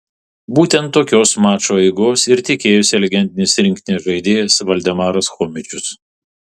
būtent tokios mačo eigos ir tikėjosi legendinis rinktinės žaidėjas valdemaras chomičius